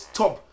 top